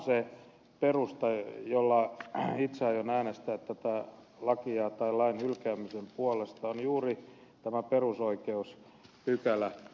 se perusta jolla itse aion äänestää tämän lain hylkäämisen puolesta on juuri tämä perusoikeuspykälä